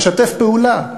משתף פעולה.